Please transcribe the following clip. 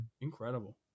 Incredible